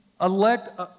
elect